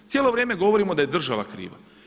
Cijelo vrijeme govorimo da je država kriva.